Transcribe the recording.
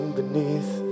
beneath